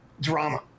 drama